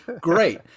Great